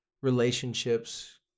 Relationships